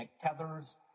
tethers